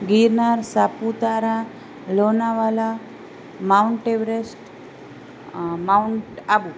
Girnar Saputara Lonavala Mount Everest Abu